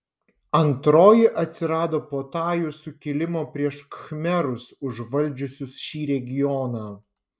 antroji atsirado po tajų sukilimo prieš khmerus užvaldžiusius šį regioną